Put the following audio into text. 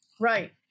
Right